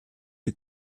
who